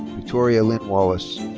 victoria lynn wallace.